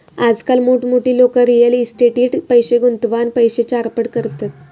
आजकाल मोठमोठी लोका रियल इस्टेटीट पैशे गुंतवान पैशे चारपट करतत